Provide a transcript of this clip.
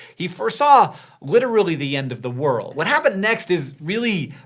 he foresaw literally the end of the world. what happened next is, really,